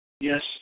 Yes